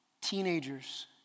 teenagers